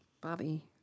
Bobby